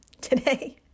Today